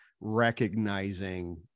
recognizing